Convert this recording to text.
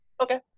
Okay